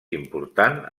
important